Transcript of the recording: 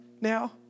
now